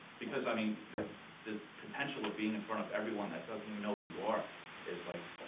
because i mean the potential of being in front of everyone that doesn't even know who you are is like,